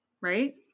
right